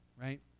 right